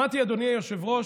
שמעתי, אדוני היושב-ראש,